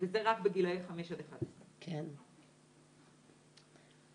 וזה רק בגילאי 5 עד 11. שרון,